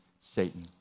Satan